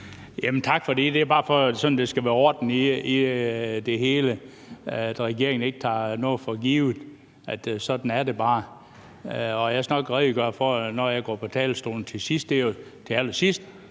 Tak for det. Det er bare for, at der sådan skal være orden i det hele, så regeringen ikke tager noget for givet, altså at sådan er det bare. Jeg skal nok redegøre for det, når jeg går på talerstolen til sidst. Det er jo til allersidst,